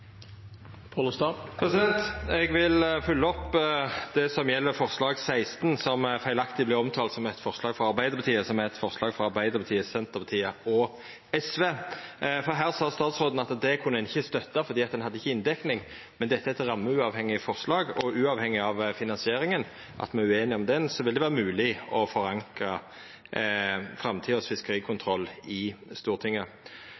Eg vil følgja opp det som gjeld forslag nr. 16, som feilaktig vart omtalt som eit forslag frå Arbeidarpartiet, men som er eit forslag frå Arbeidarpartiet, Senterpartiet og SV. Om det sa statsråden at det kunne ein ikkje støtta, fordi ein ikkje hadde inndekning. Men dette er eit rammeuavhengig forslag, og uavhengig av at me er ueinige om finansieringa, vil det vera mogleg å forankra